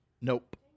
Nope